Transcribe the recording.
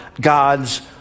God's